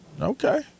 Okay